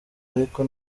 ariko